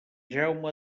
jaume